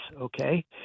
okay